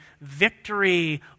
victory